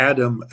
Adam